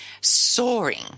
soaring